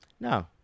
No